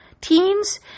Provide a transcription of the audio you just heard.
teens